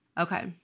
Okay